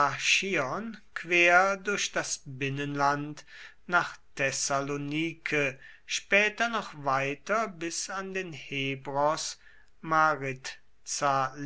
quer durch das binnenland nach thessalonike später noch weiter bis an den hebros